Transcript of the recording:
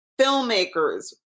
filmmakers